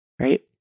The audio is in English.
right